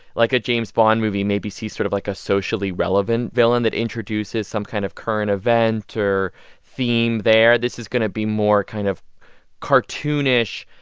like a james bond movie, maybe see sort of, like, a socially relevant villain that introduces some kind of current event or theme there. this is going to be more kind of cartoonish,